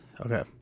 Okay